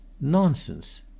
Nonsense